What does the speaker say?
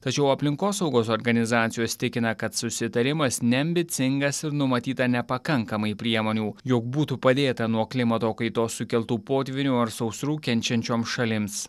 tačiau aplinkosaugos organizacijos tikina kad susitarimas neambicingas ir numatyta nepakankamai priemonių jog būtų padėta nuo klimato kaitos sukeltų potvynių ar sausrų kenčiančioms šalims